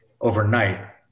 overnight